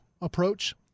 approach